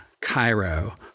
Cairo